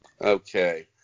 Okay